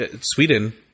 Sweden